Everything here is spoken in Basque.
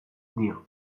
dio